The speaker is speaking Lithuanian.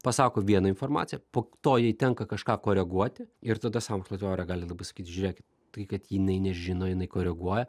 pasako vieną informaciją po to jai tenka kažką koreguoti ir tada sąmokslo teorija gali labai sakyt žiūrėkit tai kad jinai nežino jinai koreguoja